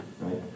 right